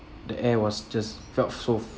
the air was just felt so